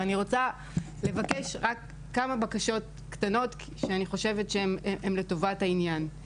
ואני רוצה לבקש רק כמה בקשות קטנות שאני חושבת שהן לטובת העניין.